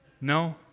No